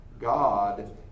God